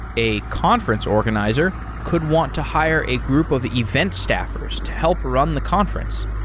a conference organizer could want to hire a group of event staffers to help run the conference.